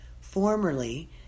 Formerly